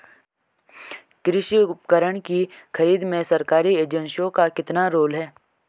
कृषि उपकरण की खरीद में सरकारी एजेंसियों का कितना रोल है?